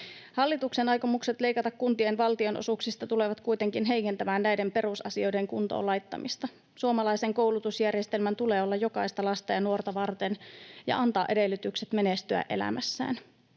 Hallituksen aikomukset leikata kuntien valtionosuuksista tulevat kuitenkin heikentämään näiden perusasioiden kuntoon laittamista. Suomalaisen koulutusjärjestelmän tulee olla jokaista lasta ja nuorta varten ja antaa edellytykset menestyä elämässään.